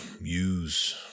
use